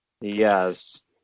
Yes